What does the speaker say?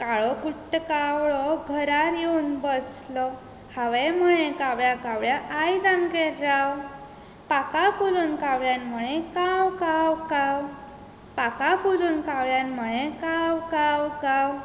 काळो कुट्ट कावळो घरार येवून बसलो हांवें म्हळें कावळ्या कावळ्या आयज आमगेर राव पाखां फुलोवन कावळ्यान म्हळें काव काव काव पाखां फुलोवन कावळ्यान म्हळें काव काव काव